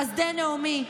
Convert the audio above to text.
חסדי נעמי,